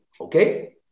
Okay